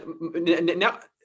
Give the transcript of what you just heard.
now